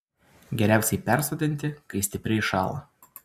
geriausiai persodinti kai stipriai šąla